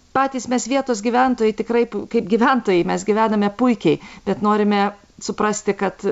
patys mes vietos gyventojai tikrai kaip gyventojai mes gyvename puikiai bet norime suprasti kad